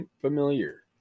familiar